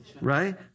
Right